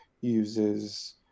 uses